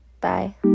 Bye